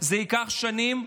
זה ייקח שנים,